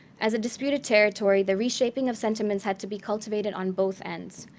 as a disputed territory, the reshaping of sentiments had to be cultivated on both ends,